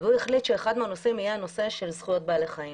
והוא החליט שאחד מהנושאים יהיה זכויות בעלי חיים.